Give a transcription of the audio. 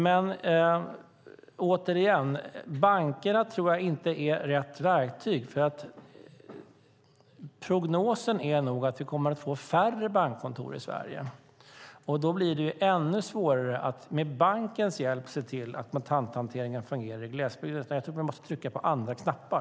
Men bankerna tror jag inte är rätt verktyg, för prognosen är nog att vi kommer att få färre bankkontor i Sverige, och då blir det ännu svårare att med bankens hjälp se till att kontanthanteringen fungerar i glesbygden. Jag tror att vi måste trycka på andra knappar.